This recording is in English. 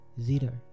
zither